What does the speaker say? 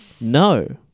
No